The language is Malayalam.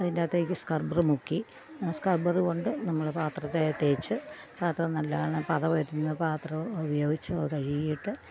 അതിൻ്റകത്തേക്ക് സ്ക്രബർ മുക്കി സ്ക്രബർ കൊണ്ടു നമ്മൾ പാത്രത്തെ തേച്ച് പാത്രം നല്ലവണ്ണം പതവരുന്ന പാത്രം ഉപയോഗിച്ച് അതു കഴുകിയിട്ട്